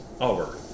hour